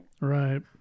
Right